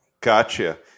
Gotcha